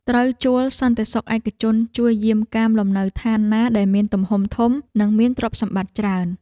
ត្រូវជួលសន្តិសុខឯកជនជួយយាមកាមលំនៅឋានណាដែលមានទំហំធំនិងមានទ្រព្យសម្បត្តិច្រើន។